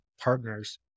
partners